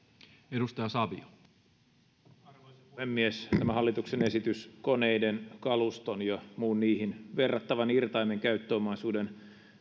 arvoisa puhemies tämä hallituksen esitys koneiden kaluston ja muun niihin verrattavan irtaimen käyttöomaisuuden